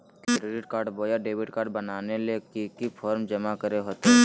Credit card बोया debit card बनाने ले की की फॉर्म जमा करे होते?